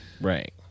Right